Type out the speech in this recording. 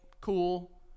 Cool